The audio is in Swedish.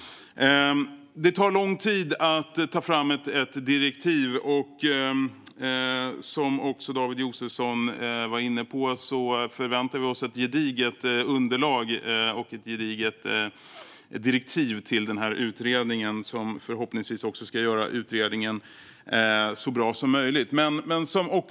Det tar lång tid att ta fram direktiv. Som David Josefsson var inne på förväntar vi oss ett gediget underlag och ett gediget direktiv till utredningen. Det ska förhoppningsvis också göra utredningen så bra som möjligt.